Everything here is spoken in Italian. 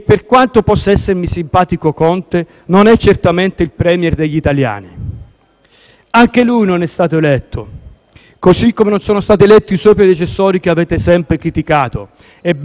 Anche lui non è stato eletto, così come non sono stati eletti i suoi predecessori che avete sempre criticato. Ebbene, come ricordate tutti, il Parlamento e il Governo italiano hanno avuto